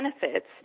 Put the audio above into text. benefits